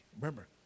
remember